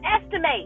estimate